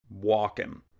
walking